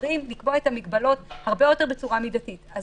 השרים לקבוע את המגבלות בצורה מידתית הרבה יותר,